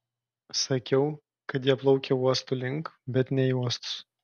sakiau kad jie plaukia uostų link bet ne į uostus